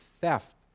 theft